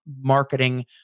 marketing